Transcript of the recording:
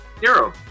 hero